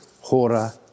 Hora